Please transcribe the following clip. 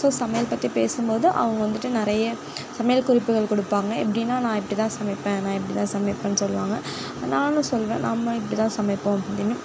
so சமையல் பற்றி பேசும்போது அவங்க வந்துவிட்டு நிறைய சமையல் குறிப்புகள் கொடுப்பாங்க எப்படீன்னா நான் இப்படிதான் சமைப்பேன் நான் இப்படிதான் சமைப்பன்னு சொல்லுவாங்க நானும் சொல்லுவேன் நம்ம இப்படிதான் சமைப்போம் அப்படீன்னு